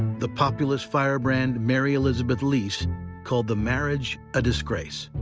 the populist firebrand mary elizabeth lease called the marriage a disgrace.